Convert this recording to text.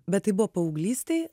bet tai buvo paauglystėj